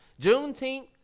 Juneteenth